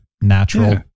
natural